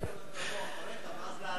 לבוא אחריך ואז להרים את זה.